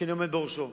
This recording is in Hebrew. שאני עומד בראשו.